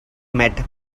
met